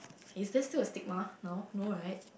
is there still a stigma now no right